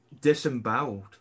disemboweled